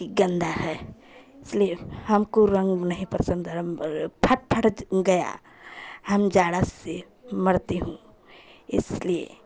कि गन्दा है इसलिए हमको रंग नहीं पसन्द रंग फट फट गया हम जाड़ा से मरती हूँ इसलिए